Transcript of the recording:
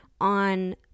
on